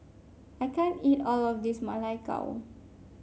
I can't eat all of this Ma Lai Gao